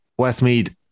Westmead